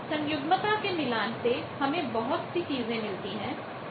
सन्युग्मता के मिलान conjugate matchingकोंजूगेट मैचिंग से हमें बहुत सी चीजें मिलती हैं